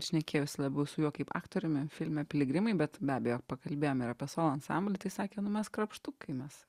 šnekėjausi labiau su juo kaip aktoriumi filme piligrimai bet be abejo pakalbėjom ir apie savo ansamblį tai sakė nu mes krapštukai mes